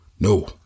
No